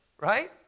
right